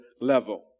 level